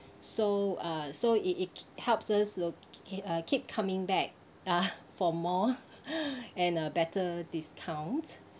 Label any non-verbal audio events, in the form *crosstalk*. so uh so it it helps us look okay uh keep coming back ah for more *laughs* and a better discount